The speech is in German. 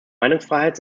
meinungsfreiheit